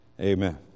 Amen